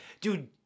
Dude